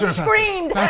screamed